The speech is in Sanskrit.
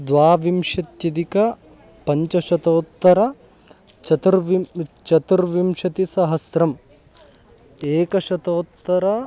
द्वाविंशत्यदिकपञ्चशतोत्तरचतुर्विंशतिः चतुर्विंशतिसहस्रम् एकशतोत्तरम्